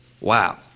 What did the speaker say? Wow